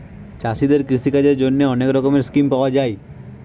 চাষীদের কৃষিকাজের জন্যে অনেক রকমের স্কিম পাওয়া যায়